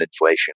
inflation